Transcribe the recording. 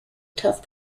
tough